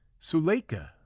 Suleika